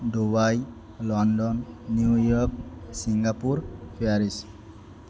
Dubai London New York Singapore Paris